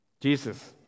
Jesus